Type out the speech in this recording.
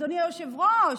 אדוני היושב-ראש.